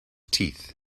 teeth